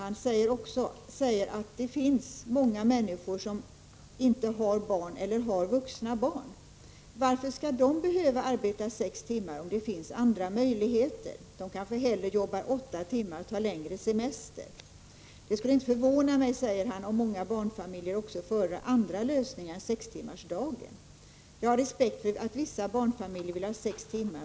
Han säger att det finns många människor som inte har barn eller som har vuxna barn. ”Varför skall de behöva arbeta sex timmar om det finns andra möjligheter? De kanske hellre jobbar åtta timmar och tar längre semester? Det skulle inte förvåna mig om många barnfamiljer också föredrar andra lösningar än en sextimmarsdag.” ”Jag har respekt för att vissa barnfamiljer vill ha sex timmar.